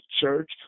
church